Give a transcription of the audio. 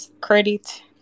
credit